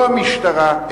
לא המשטרה,